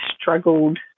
struggled